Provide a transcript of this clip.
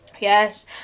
Yes